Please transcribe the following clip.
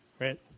right